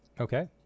Okay